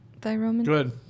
good